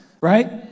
Right